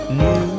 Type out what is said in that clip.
new